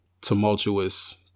tumultuous